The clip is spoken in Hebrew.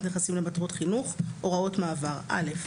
נכסים למטרות חינוך) הוראות מעבר 18א. (א)